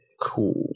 Cool